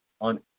on